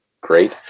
great